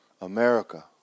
America